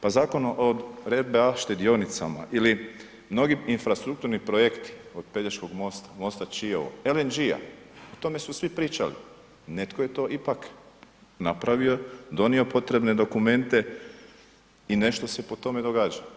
Pa Zakon o RBA štedionicama ili mnogi infrastrukturni projekti, od Pelješkog mosta, mosta Čiovo, LNG-a, o tome su svi pričali, netko je to ipak napravio, donio potrebne dokumente i nešto se po tome događa.